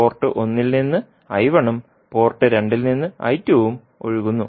port 1 ൽ നിന്ന് ഉം പോർട്ട് 2 ൽ നിന്ന് ഉം ഒഴുകുന്നു